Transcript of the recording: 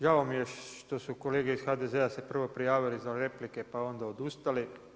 Žao mi je što su kolege iz HDZ-a se prvo prijavili za replike pa onda odustali.